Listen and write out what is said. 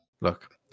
Look